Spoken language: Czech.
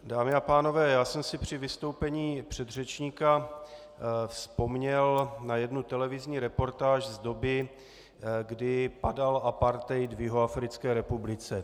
Dámy a pánové, já jsem si při vystoupení předřečníka vzpomněl na jednu televizní reportáž z doby, kdy padal apartheid v Jihoafrické republice.